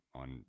on